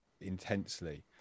intensely